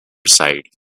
side